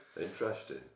Interesting